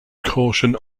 caution